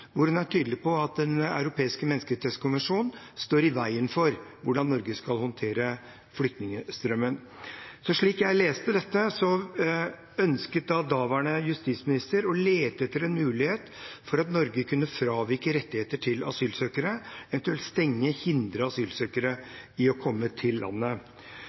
hvor hun er tydelig på at Den europeiske menneskerettskonvensjon står i veien for hvordan Norge skal håndtere flyktningstrømmen. Slik jeg leste dette, ønsket daværende justisminister å lete etter en mulighet for at Norge kunne fravike rettigheter til asylsøkere, eventuelt stenge ute eller hindre asylsøkere i å komme til landet.